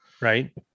right